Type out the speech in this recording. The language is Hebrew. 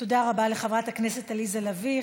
תודה רבה לחברת הכנסת עליזה לביא.